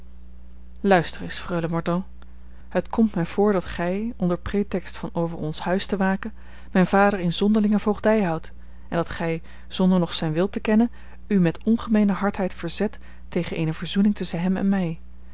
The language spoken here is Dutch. luister eens freule mordaunt het komt mij voor dat gij onder pretext van over ons huis te waken mijn vader in zonderlinge voogdij houdt en dat gij zonder nog zijn wil te kennen u met ongemeene hardheid verzet tegen eene verzoening tusschen hem en mij